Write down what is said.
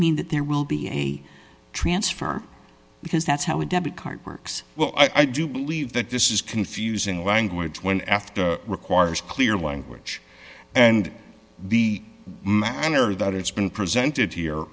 mean that there will be a transfer because that's how a debit card works well i do believe that this is confusing language when after requires clear language and the manner that it's been presented